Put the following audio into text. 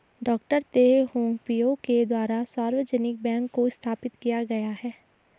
डॉ Teh Hong Piow के द्वारा सार्वजनिक बैंक को स्थापित किया गया है